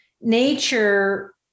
nature